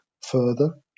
further